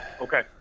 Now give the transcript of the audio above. Okay